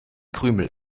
krümel